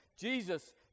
Jesus